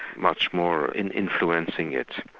much more and influencing it.